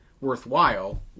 worthwhile